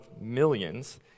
millions